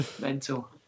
mental